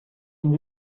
dem